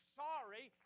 sorry